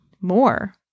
more